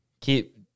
Keep